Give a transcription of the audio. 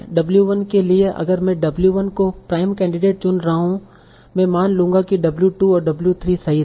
W 1 के लिए अगर मैं W 1 को प्राइम कैंडिडेट चुन रहा हूं मैं मान लूंगा W 2 और W 3 सही थे